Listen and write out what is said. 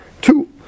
two